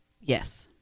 yes